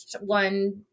one